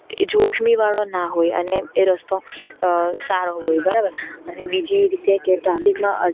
જોખમી વાળો ના હોય અને એ રસ્તો સારો હોય બરાબર અને બીજી રીતે કે ટ્રાફિકમાં